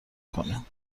کنم